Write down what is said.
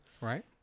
Right